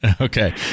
Okay